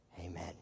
amen